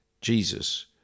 Jesus